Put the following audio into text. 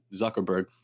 Zuckerberg